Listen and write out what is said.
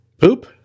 Poop